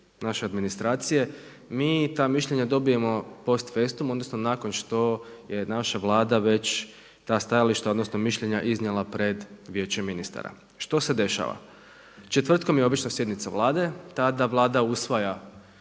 naše administracije mi ta mišljenja dobijemo post festum, odnosno nakon što je naša Vlada već ta stajališta, odnosno mišljenja iznijela pred Vijeće ministara. Što se dešava? Četvrtkom je obično sjednica Vlade. Tada Vlada usvaja